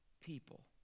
people